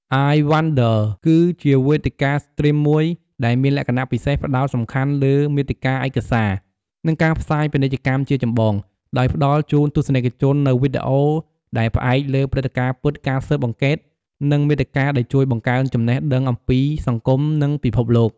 អាយ វ៉ាន់ដឺ (iWonder) គឺជាវេទិកាស្ទ្រីមមួយដែលមានលក្ខណៈពិសេសផ្តោតសំខាន់ទៅលើមាតិកាឯកសារ និងការផ្សាយពាណិជ្ជកម្មជាចម្បង ដោយផ្តល់ជូនទស្សនិកជននូវវីដេអូដែលផ្អែកលើព្រឹត្តិការណ៍ពិត ការស៊ើបអង្កេត និងមាតិកាដែលជួយបង្កើនចំណេះដឹងអំពីសង្គមនិងពិភពលោក។